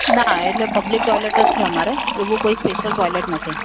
ના એટલે public toilet જ છે અમારે એવું કોઈ સ્પેશિયલ ટૉઇલેટ નથી